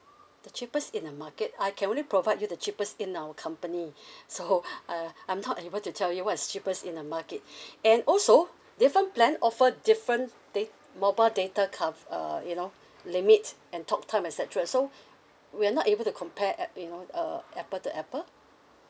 the cheapest in the market I can only provide you the cheapest in our company so uh I'm not able to tell you what is cheapest in the market and also different plan offer different da~ mobile data cov~ uh you know limit and talk time etcetera so we're not able to compare app~ you know uh apple to apple